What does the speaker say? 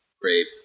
great